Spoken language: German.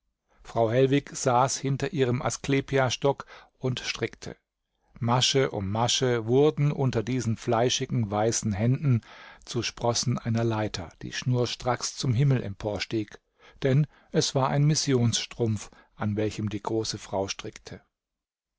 frau hellwig saß hinter ihrem asklepiasstock und strickte masche um masche wurden unter diesen fleischigen weißen händen zu sprossen einer leiter die schnurstracks zum himmel emporstieg denn es war ein missionsstrumpf an welchem die große frau strickte